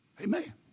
Amen